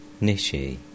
Nishi